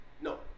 no